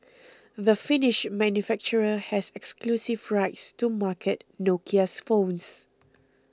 the Finnish manufacturer has exclusive rights to market Nokia's phones